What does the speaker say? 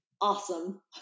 awesome